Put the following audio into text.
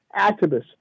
activists